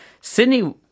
Sydney